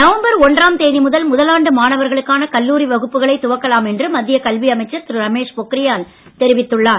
November ஒன்றாம் தேதி முதல் முதலாண்டு மாணவர்களுக்கான கல்லூரி வகுப்புகளைத் துவக்கலாம் என்று மத்திய கல்வி அமைச்சர் திரு ரமேஷ் பொக்ரியால் தெரிவித்துள்ளார்